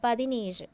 பதினேழு